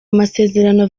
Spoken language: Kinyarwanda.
amasezerano